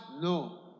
No